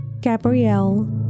Gabrielle